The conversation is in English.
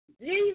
Jesus